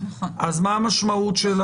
אז מה המשמעות?